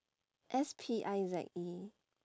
S P I Z E